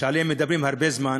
שעליהם מדברים הרבה זמן,